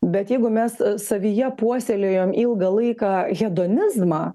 bet jeigu mes savyje puoselėjom ilgą laiką hedonizmą